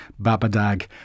Babadag